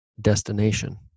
destination